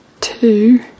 two